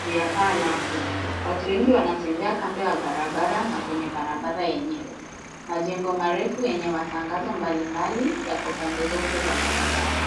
juu ya paa lake. Watu wengi wanatembea kando ya barabara na kwenye barabara yenyewe. Majengo marefu yenye matangazo mbalimbali yako pande zote za barabara.